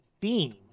theme